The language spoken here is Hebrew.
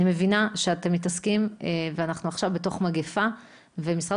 אני מבינה שאנחנו עכשיו בתוך מגיפה ומשרד